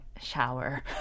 shower